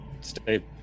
stay